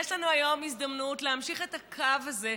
יש לנו היום הזדמנות להמשיך את הקו הזה,